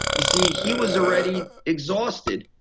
you see he was already exhausted.